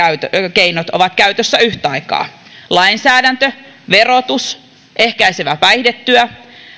keinot ovat käytössä yhtä aikaa lainsäädäntö verotus ehkäisevä päihdetyö